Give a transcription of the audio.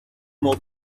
more